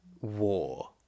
war